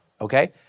okay